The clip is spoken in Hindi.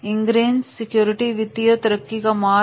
इंग्रेस सिक्योरिटीज वित्तीय तरक्की का मार्ग